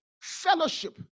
fellowship